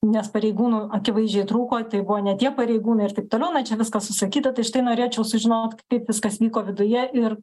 nes pareigūnų akivaizdžiai trūko tai buvo ne tie pareigūnai ir taip toliau na čia viskas susakyta tai štai norėčiau sužinot kaip viskas vyko viduje ir